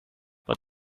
but